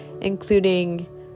including